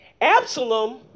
Absalom